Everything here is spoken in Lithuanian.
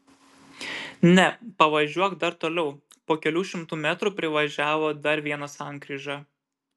ne pavažiuok dar toliau po kelių šimtų metrų privažiavo dar vieną sankryžą